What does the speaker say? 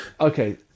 Okay